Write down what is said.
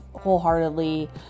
wholeheartedly